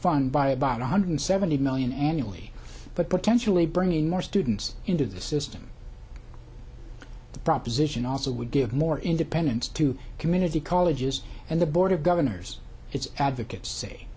fund by about one hundred seventy million annually but potentially bringing more students into the system the proposition also would give more independence to community colleges and the board of governors its advocates say